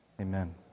Amen